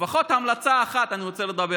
לפחות על המלצה אחת אני רוצה לדבר,